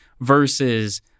versus